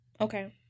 Okay